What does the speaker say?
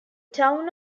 town